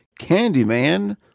Candyman